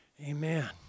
Amen